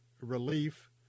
relief